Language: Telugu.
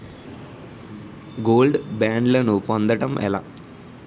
గోల్డ్ బ్యాండ్లను పొందటం ఎలా?